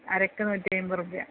അരക്ക് നൂറ്റിയായിൻപതു റുപ്പ്യ